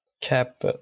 cap